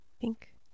Pink